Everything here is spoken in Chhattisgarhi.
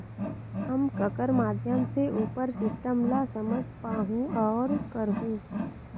हम ककर माध्यम से उपर सिस्टम ला समझ पाहुं और करहूं?